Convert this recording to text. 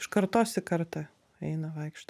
iš kartos į kartą eina vaikšto